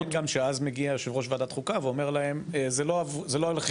אז מגיע יושב ראש וועדת חוקה ואומר להם "זה לא עליכם".